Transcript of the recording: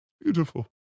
Beautiful